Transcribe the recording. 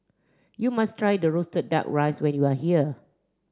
you must try the Roasted Duck Rice when you are here